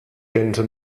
könnte